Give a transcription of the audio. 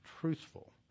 truthful